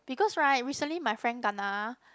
because right recently my friend kena